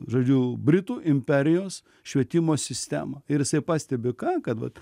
žodžiu britų imperijos švietimo sistemą ir pastebi ką kad vat